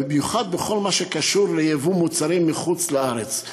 במיוחד בכל מה שקשור לייבוא מוצרים מחוץ-לארץ.